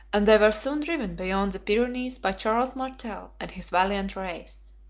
and they were soon driven beyond the pyrenees by charles martel and his valiant race.